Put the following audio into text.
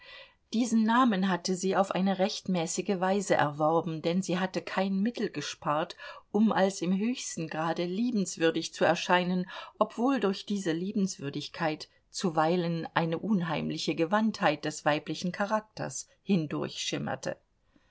diesen namen hatte sie auf eine rechtmäßige weise erworben denn sie hatte kein mittel gespart um als im höchsten grade liebenswürdig zu erscheinen obwohl durch diese liebenswürdigkeit zuweilen eine unheimliche gewandtheit des weiblichen charakters